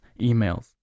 emails